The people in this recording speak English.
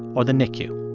or the nicu.